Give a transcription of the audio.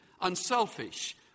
unselfish